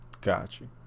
Gotcha